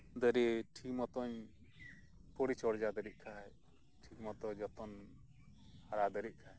ᱫᱟᱨᱤ ᱴᱷᱤᱠ ᱢᱚᱛᱚᱱ ᱯᱚᱨᱤᱪᱚᱨᱡᱟ ᱫᱟᱲᱤᱜ ᱠᱷᱟᱱ ᱴᱷᱤᱠᱢᱚᱛᱚ ᱡᱚᱛᱚᱱ ᱦᱟᱨᱟ ᱫᱟᱲᱮᱜ ᱠᱷᱟᱱ